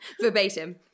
Verbatim